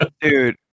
Dude